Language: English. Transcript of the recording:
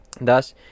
Thus